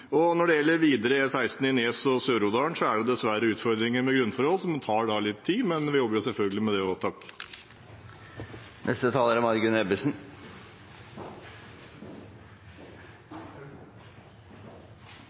Når det gjelder videre E16 i Nes og Sør-Odal, er det dessverre utfordringer med grunnforhold som tar litt tid, men vi jobber selvfølgelig med det